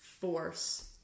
force